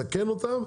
מסכן אותם,